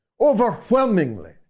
overwhelmingly